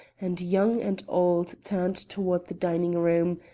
and young and old turned toward the dining-room,